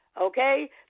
Okay